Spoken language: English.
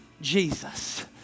Jesus